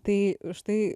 tai štai